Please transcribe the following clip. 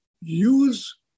use